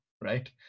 right